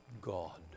God